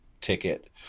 ticket